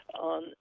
on